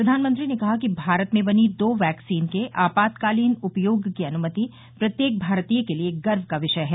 प्रधानमंत्री ने कहा कि भारत में बनी दो वैक्सीन के आपातकालीन उपयोग की अनुमति प्रत्येक भारतीय के लिए गर्व का विषय है